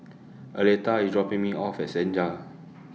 Aleta IS dropping Me off At Senja